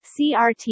CRT